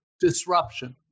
disruption